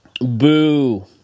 boo